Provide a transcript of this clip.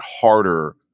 harder